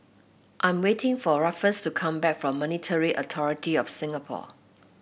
I'm waiting for Ruffus to come back from Monetary Authority Of Singapore